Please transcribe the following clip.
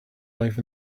life